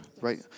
right